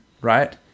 right